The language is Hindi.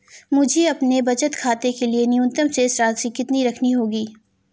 मुझे अपने बचत खाते के लिए न्यूनतम शेष राशि कितनी रखनी होगी?